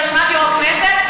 זה אשמת יו"ר הכנסת,